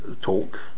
talk